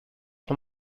vom